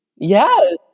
Yes